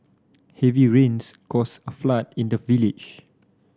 heavy rains caused a flood in the village